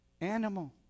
animal